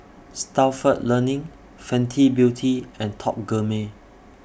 Stalford Learning Fenty Beauty and Top Gourmet